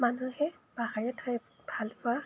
মানুহে পাহাৰীয়া ঠাই ভালপোৱা